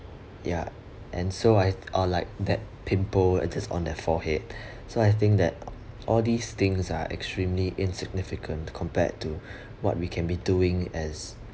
ya and so I uh like that pimple it is on their forehead so I think that all these things are extremely insignificant compared to what we can be doing as